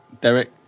Derek